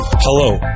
Hello